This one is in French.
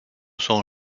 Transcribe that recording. son